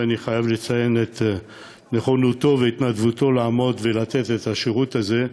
ואני חייב לציין את נכונותו והתנדבותו לעמוד ולתת את השירות הזה.